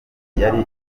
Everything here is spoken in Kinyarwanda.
yari